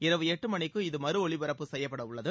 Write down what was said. இரவு எட்டு மணிக்கு இது மறு ஒலிபரப்பு செய்யப்படவுள்ளது